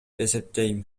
эсептейм